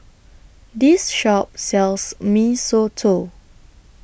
This Shop sells Mee Soto